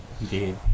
Indeed